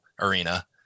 arena